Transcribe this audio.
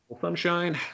sunshine